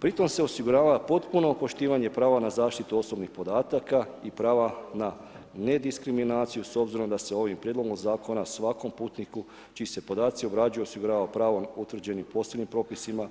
Pri tome se osigurava potpuno poštivanje prava na zaštitu osobnih podataka i prava na nediskriminaciju s obzirom da se ovim Prijedlogom zakona svakom putniku čiji se podaci obrađuju osigurava prava utvrđeno posebnim propisima